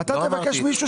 לא אמרתי.